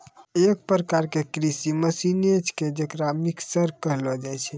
एक प्रकार क कृषि मसीने छिकै जेकरा मिक्सर कहलो जाय छै